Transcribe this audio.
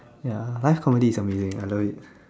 ya live comedy is amazing I love it